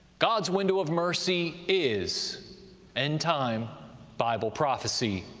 god's window of mercy is end-time bible prophecy.